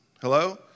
Hello